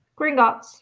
Gringotts